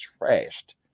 trashed